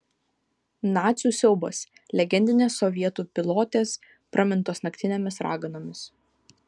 nacių siaubas legendinės sovietų pilotės pramintos naktinėmis raganomis